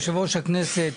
יושב-ראש הכנסת,